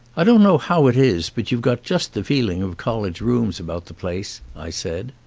i don't know how it is, but you've got just the feeling of college rooms about the place, i said.